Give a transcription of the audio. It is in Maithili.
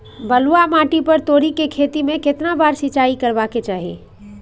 बलुआ माटी पर तोरी के खेती में केतना बार सिंचाई करबा के चाही?